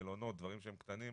מלונות ודברים שהם קטנים.